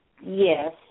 yes